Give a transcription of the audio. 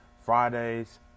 Fridays